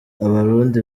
abarundi